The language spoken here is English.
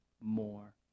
more